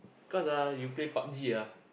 cause ah you play Pub-G ah